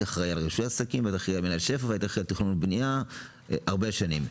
אחראי על אנשי עסקים ועל --- ועל תכנון ובנייה הרבה שנים.